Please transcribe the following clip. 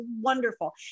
wonderful